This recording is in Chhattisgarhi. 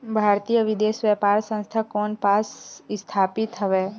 भारतीय विदेश व्यापार संस्था कोन पास स्थापित हवएं?